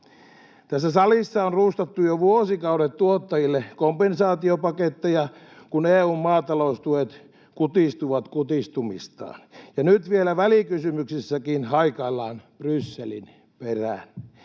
Tässä salissa on rustattu jo vuosikaudet tuottajille kompensaatiopaketteja, kun EU:n maataloustuet kutistuvat kutistumistaan, ja nyt vielä välikysymyksessäkin haikaillaan Brysselin perään.